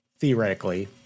theoretically